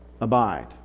Abide